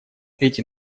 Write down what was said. эти